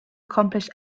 accomplish